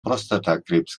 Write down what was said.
prostatakrebs